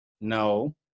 no